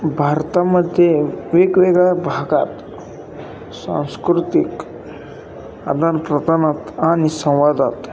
भारतामध्ये वेगवेगळ्या भागात सांस्कृतिक आदानाप्रदानात आणि संवादात